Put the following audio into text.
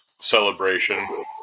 celebration